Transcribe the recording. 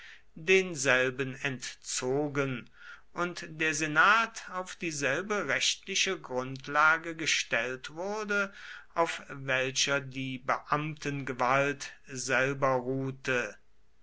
denselben entzogen und der senat auf dieselbe rechtliche grundlage gestellt wurde auf welcher die beamtengewalt selber ruhte